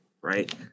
Right